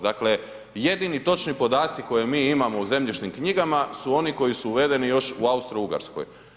Dakle, jedini točni podaci koje mi imamo u zemljišnim knjigama su oni koji su uvedeni još u Austro-Ugarskoj.